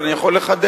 אבל אני יכול לחדד,